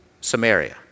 Samaria